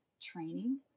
training